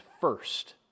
first